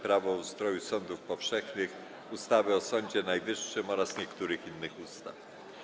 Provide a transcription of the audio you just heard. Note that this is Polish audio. Prawo o ustroju sądów powszechnych, ustawy o Sądzie Najwyższym oraz niektórych innych ustaw.